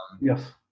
Yes